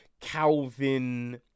Calvin